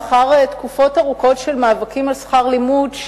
לאחר תקופות ארוכות של מאבקים על שכר לימוד,